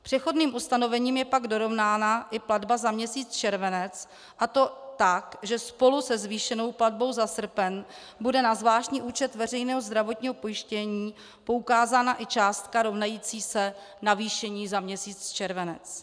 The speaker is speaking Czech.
Přechodným ustanovením je pak dorovnána i platba za měsíc červenec, a to tak, že spolu se zvýšenou platbou za srpen bude na zvláštní účet veřejného zdravotního pojištění poukázána i částka rovnající se navýšení za měsíc červenec.